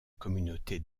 communauté